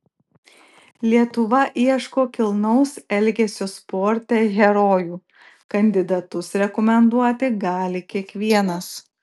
lietuva ieško kilnaus elgesio sporte herojų kandidatus rekomenduoti gali kiekvienas